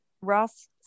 Ross